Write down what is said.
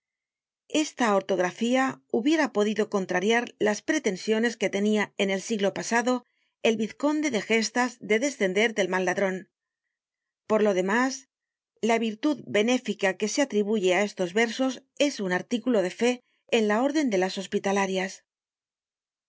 esta ortografía hubiera podido contrariar las pretensiones que tenia en el siglo pasado el vizconde de gestas de descender del mal ladron por lo demás la virtud benéfica que se atribuye á estos versos es un articulo de fe en la órden de las hospitalarias